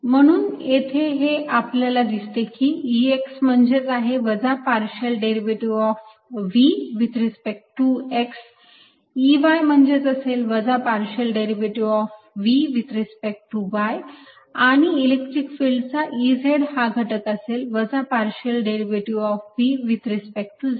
म्हणून येथे हे आपल्याला दिसते की Ex म्हणजेच आहे वजा partial derivative of V with respect to x Ey म्हणजेच असेल वजा partial derivative of V with respect to y आणि इलेक्ट्रिक फिल्डचा Ez हा घटक असेल वजा partial derivative of V with respect to z